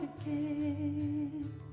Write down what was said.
again